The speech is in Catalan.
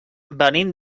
venim